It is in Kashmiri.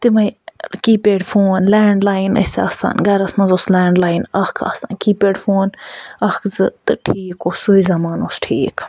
تِمَے کی پٮ۪ڈ فون لٮ۪نڈلاین ٲسۍ آسان گرَس منٛز اوس لٮ۪نڈلاین اکھ آسان کی پٮ۪ڈ فون اکھ زٕ تہٕ ٹھیٖک اوس سُے زَمانہٕ اوس ٹھیٖک